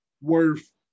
worth